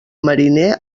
mariner